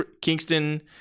Kingston